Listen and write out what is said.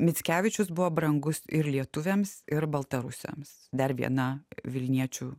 mickevičius buvo brangus ir lietuviams ir baltarusiams dar viena vilniečių